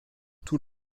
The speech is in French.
tout